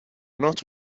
not